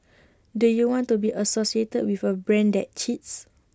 do you want to be associated with A brand that cheats